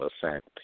percent